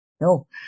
No